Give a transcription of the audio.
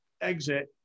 exit